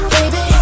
Baby